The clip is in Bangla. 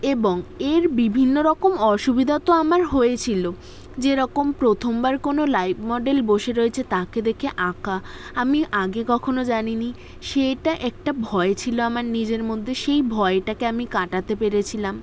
এবং এর বিভিন্ন রকম অসুবিধা তো আমার হয়েছিলো যেরকম প্রথমবার কোনো লাইভ মডেল বসে রয়েছে তাকে দেখে আঁকা আমি আগে কখনো জানি নি সেটা একটা ভয় ছিল আমার নিজের মধ্যে সেই ভয়টাকে আমি কাটাতে পেরেছিলাম